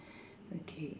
okay